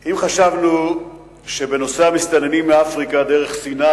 אם חשבנו שבנושא המסתננים מאפריקה דרך סיני